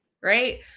Right